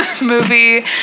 movie